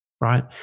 right